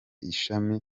ishami